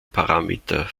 parameter